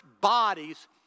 bodies